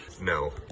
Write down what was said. No